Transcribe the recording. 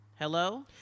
hello